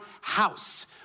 house